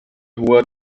hoher